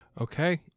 Okay